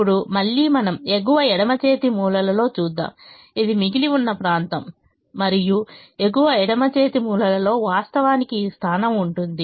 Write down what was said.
ఇప్పుడు మళ్ళీ మనం ఎగువ ఎడమ చేతి మూలలో చూద్దాము ఇది మిగిలి ఉన్న ప్రాంతం ఇది మిగిలి ఉన్న ప్రాంతం మరియు ఎగువ ఎడమ చేతి మూలలో వాస్తవానికి ఈ స్థానం ఉంటుంది